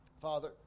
Father